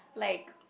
like